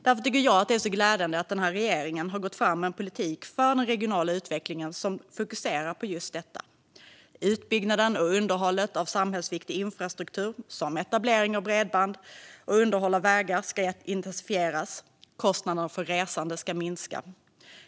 Därför tycker jag att det är glädjande att regeringen gått fram med en politik för den regionala utvecklingen som fokuserar på just detta. Utbyggnaden och underhållet av samhällsviktig infrastruktur, som etablering av bredband och underhåll av vägar, ska intensifieras. Kostnaderna för resande ska minska.